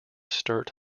sturt